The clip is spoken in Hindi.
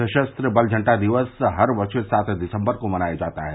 सशस्त्र बल झंडा दिवस हर वर्ष सात दिसंबर को मनाया जाता है